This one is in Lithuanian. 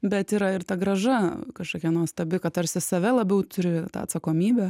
bet yra ir ta grąža kažkokia nuostabi kad tarsi save labiau turi tą atsakomybę